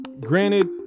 Granted